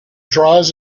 draws